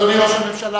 אדוני ראש הממשלה,